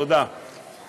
תודה על הסבלנות.